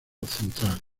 central